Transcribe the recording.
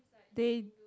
they